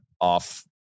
off